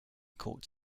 caught